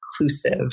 inclusive